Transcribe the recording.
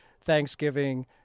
Thanksgiving